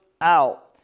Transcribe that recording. out